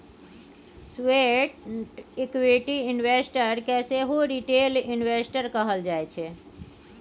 sweat equity investor केँ सेहो retail investor कहल जाइ छै